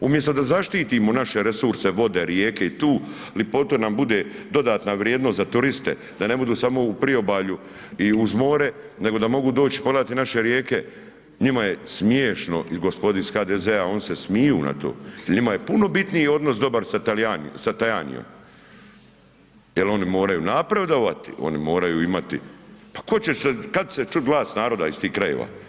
Umjesto da zaštitimo naše resurse vode, rijeke i ta ljepotu nam bude dodatna vrijednost za turiste, da ne budu samo u priobalju iz more, nego da mogu doći i pogledati naše rijeke, njima je smiješno i gospodi iz HDZ-a, oni se smiju na to jer njima je puno bitniji odnos dobar sa Tajanijem jer oni moraju napredovati, oni moraju imati, pa kad se čuo glas narod iz tih krajeva?